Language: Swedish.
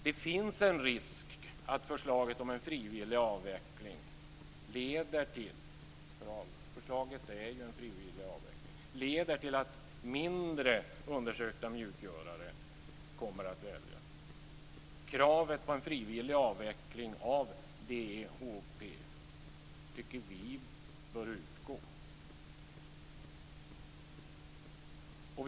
Det finns en risk att förslaget om en frivillig avveckling, förslaget är ju en frivillig avveckling, leder till att mindre undersökta mjukgörare kommer att väljas. Kravet på en frivillig avveckling av DEHP tycker vi bör utgå.